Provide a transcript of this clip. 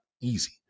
easy